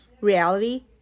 reality